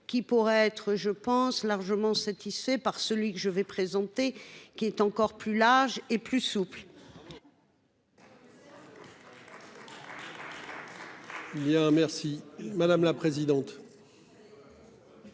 qui pourrait être je pense largement satisfait par celui que je vais présenter qui est encore plus large et plus souple.